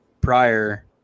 prior